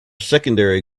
secondary